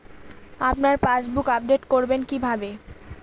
আপনার passbook update করবেন কিভাবে?